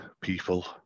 people